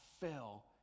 fell